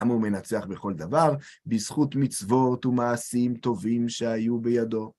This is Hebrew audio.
כמו מנצח בכל דבר, בזכות מצוות ומעשים טובים שהיו בידו.